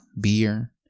beer